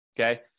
okay